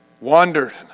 wandered